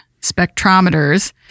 spectrometers